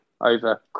over